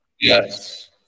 Yes